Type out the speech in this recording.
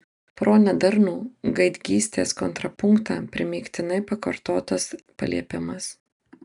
pro nedarnų gaidgystės kontrapunktą primygtinai pakartotas paliepimas